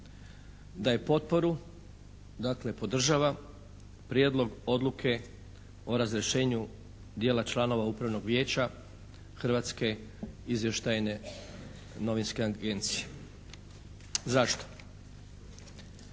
daje potporu, dakle podržava Prijedlog odluke o razrješenju dijela članova Upravnog vijeća Hrvatske izvještajne novinske agencije. Zašto?